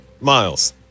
miles